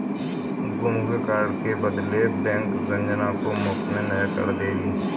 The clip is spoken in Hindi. गुम हुए कार्ड के बदले बैंक रंजना को मुफ्त में नया कार्ड देगी